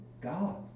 God's